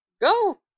Go